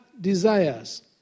desires